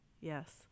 Yes